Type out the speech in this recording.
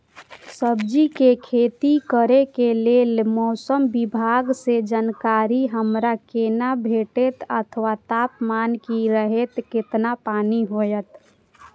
सब्जीके खेती करे के लेल मौसम विभाग सँ जानकारी हमरा केना भेटैत अथवा तापमान की रहैत केतना पानी होयत?